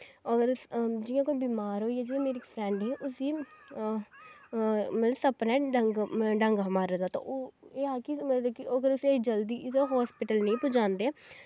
अगर जियां कोई बमार होईया जियां इक मेरी फ्रैंड ही उसी मतलव सप्प नै डंग हा मारे दा ते ओह् एह् ऐ कि अगर जल्दी होस्पिटल नेंई पजांदे